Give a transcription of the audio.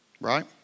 Right